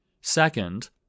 Second